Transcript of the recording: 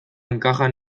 encajan